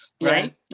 right